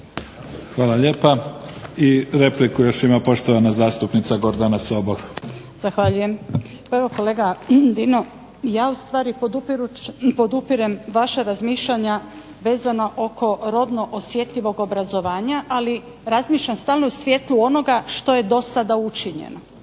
Hvala lijepa. I repliku još ima poštovana zastupnica Gordana Sobol. **Sobol, Gordana (SDP)** Zahvaljujem. Pa kolega Dino, ja ustvari podupirem vaša razmišljanja vezana oko rodno osjetljivog obrazovanja ali razmišljam stalno u svjetlu onoga što je do sada učinjeno